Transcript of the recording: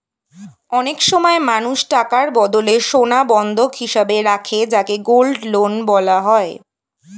অনেক সময় মানুষ টাকার বদলে সোনা বন্ধক হিসেবে রাখে যাকে গোল্ড লোন বলা হয়